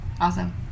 awesome